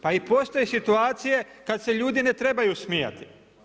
Pa postoje situacije kada se ljudi ne trebaju smijati.